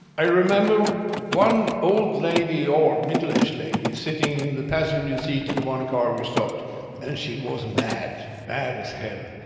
i remember one old lady or middle-aged lady sitting in the passenger seat in one car we stopped and she was mad. mad as hell.